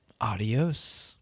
Adios